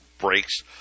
breaks